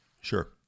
Sure